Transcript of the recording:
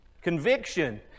Conviction